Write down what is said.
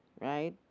right